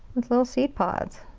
with little seed pods.